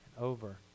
over